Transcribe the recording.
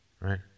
right